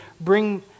bring